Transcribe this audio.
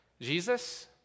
Jesus